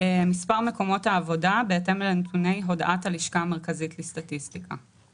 ""מספר מקומות העבודה" בהתאם לנתוני הודעת הלשכה המרכזית לסטטיסטיקה.